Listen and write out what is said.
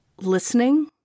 listening